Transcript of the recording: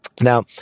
Now